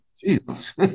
Jesus